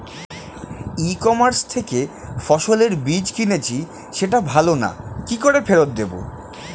ই commerce থেকে ফসলের বীজ কিনেছি সেটা ভালো না কি করে ফেরত দেব?